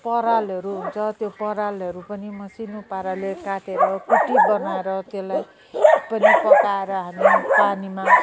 परालहरू हुन्छ त्यो परालहरू पनि मसिनो पाराले काटेर कुटी बनाएर त्यसलाई पनि पकाएर हामी पानीमा